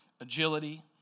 agility